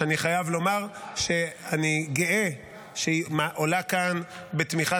שאני חייב לומר שאני גאה שהיא עולה כאן בתמיכה